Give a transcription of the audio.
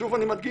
שוב אני מדגיש,